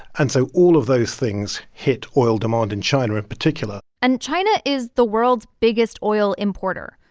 and so all of those things hit oil demand in china in particular and china is the world's biggest oil importer.